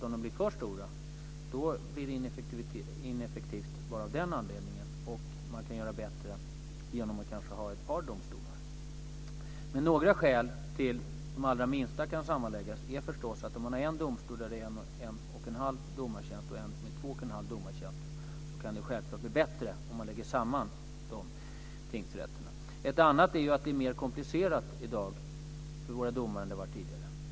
Om de blir för stora blir det ineffektivt bara av den anledningen och man kan få det bättre genom att kanske ha ett par domstolar. Men några skäl till att de allra minsta kan sammanläggas är förstås att det självklart kan bli bättre om man lägger samman en tingsrätt där det finns en och en halv domartjänst med en där det är två och en halv domartjänster. Ett annat skäl är att det är mer komplicerat för våra domare i dag än det har varit tidigare.